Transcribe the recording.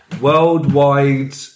Worldwide